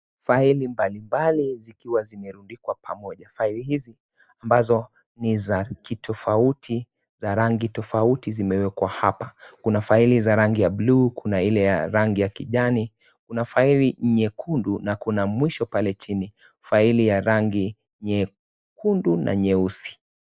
Faili mbalimbali zikiwa zimerundikwa pamoja faili hizi ambazo ni za kitofauti za rangi tofauti zimeekwa hapa kuna faili ya rangi ya bluu kuna ile ya rangi ya kijani kuna faili nyekundu na kuna mwisho pale chini faili ya rangi nyekundu na nyeusi.